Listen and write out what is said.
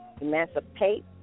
emancipate